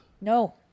No